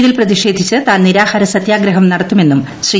ഇതിൽ പ്രതിഷേധിച്ച് താൻ നിരാഹാര സത്യാഗ്രഹം നടത്തുമെന്നും ശ്രീ